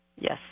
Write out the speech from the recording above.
Yes